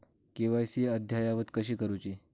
KYC अद्ययावत कशी करुची?